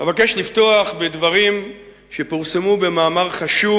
אבקש לפתוח בדברים שפורסמו במאמר חשוב